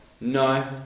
no